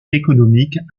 économique